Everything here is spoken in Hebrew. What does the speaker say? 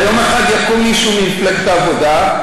הרי יום אחד יקום מישהו ממפלגת העבודה,